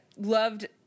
loved